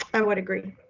i would agree,